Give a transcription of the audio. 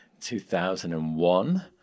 2001